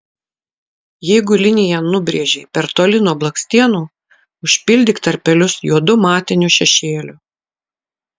jeigu liniją nubrėžei per toli nuo blakstienų užpildyk tarpelius juodu matiniu šešėliu